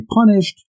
punished